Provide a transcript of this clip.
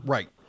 Right